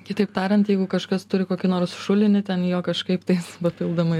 kitaip tariant jeigu kažkas turi kokį nors šulinį ten jo kažkaip tai papildomai